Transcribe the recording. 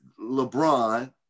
LeBron